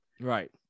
Right